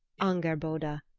angerboda,